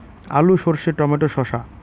আলু সর্ষে টমেটো শসা